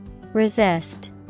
Resist